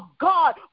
God